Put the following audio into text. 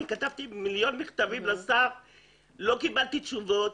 אני כתבתי לשר מיליון מכתבים ולא קיבלתי תשובות.